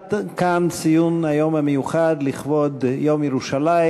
עד כאן ציון היום המיוחד לכבוד יום ירושלים.